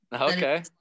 okay